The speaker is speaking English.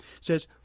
says